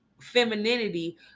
femininity